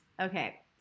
okay